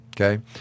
Okay